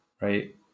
right